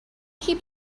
keep